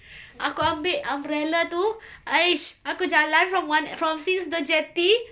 aku ambil umbrella tu abeh sh~ aku jalan from one en~ from since the jetty